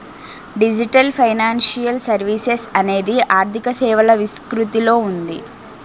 digital financial services అనేది ఆర్థిక సేవల విస్తృతిలో ఉంది